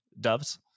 doves